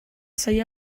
zaila